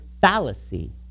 fallacy